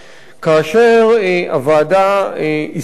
כאשר הוועדה הסכימה